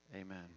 Amen